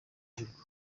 gihugu